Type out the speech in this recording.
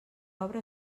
obra